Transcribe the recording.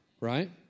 Right